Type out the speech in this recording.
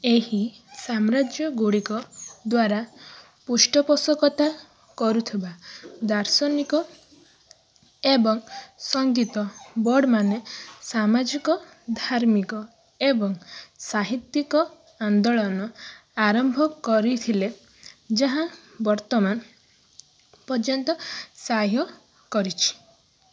ଏହି ସାମ୍ରାଜ୍ୟଗୁଡ଼ିକ ଦ୍ୱାରା ପୃଷ୍ଠପୋଷକତା କରୁଥିବା ଦାର୍ଶନିକ ଏବଂ ସଙ୍ଗୀତ ବର୍ଡ଼ମାନେ ସାମାଜିକ ଧାର୍ମିକ ଏବଂ ସାହିତ୍ୟିକ ଆନ୍ଦୋଳନ ଆରମ୍ଭ କରିଥିଲେ ଯାହା ବର୍ତ୍ତମାନ ପର୍ଯ୍ୟନ୍ତ ସହ୍ୟ କରିଛି